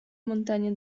montagna